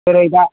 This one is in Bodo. जेरै दा